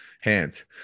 hands